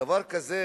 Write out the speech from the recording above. דבר כזה,